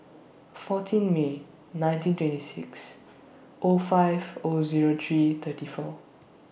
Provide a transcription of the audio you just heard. fourteen May nineteen twenty six O five O Zero three thirty four